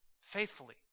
faithfully